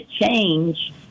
change